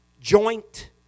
joint